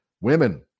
Women